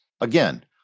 again